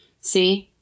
See